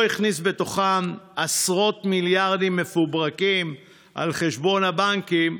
הכניס בתוכם עשרות מיליארדים מפוברקים על חשבון הבנקים,